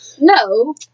No